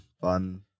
fun